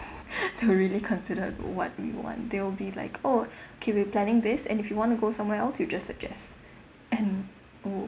thoroughly considered what we want they'll be like oh okay we're planning this and if you want to go somewhere else you just suggest and oo